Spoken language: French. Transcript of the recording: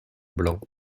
blanc